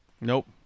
Nope